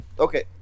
okay